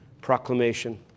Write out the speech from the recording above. Proclamation